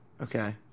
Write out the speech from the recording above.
okay